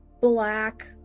black